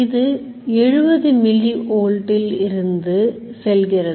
இது 70 milli volt இல் இருந்து செல்கிறது